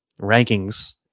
rankings